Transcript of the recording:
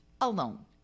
alone